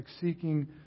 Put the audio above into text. seeking